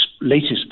latest